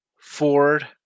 Ford